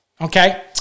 Okay